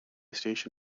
station